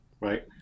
Right